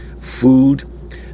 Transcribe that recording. food